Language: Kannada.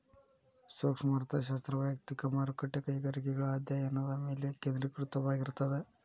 ಸೂಕ್ಷ್ಮ ಅರ್ಥಶಾಸ್ತ್ರ ವಯಕ್ತಿಕ ಮಾರುಕಟ್ಟೆ ಕೈಗಾರಿಕೆಗಳ ಅಧ್ಯಾಯನದ ಮೇಲೆ ಕೇಂದ್ರೇಕೃತವಾಗಿರ್ತದ